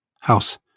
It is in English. house